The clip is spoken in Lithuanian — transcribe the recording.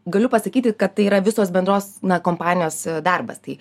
galiu pasakyti kad tai yra visos bendros kompanijos darbas tai